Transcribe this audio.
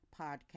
podcast